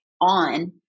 on